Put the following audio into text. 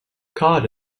cod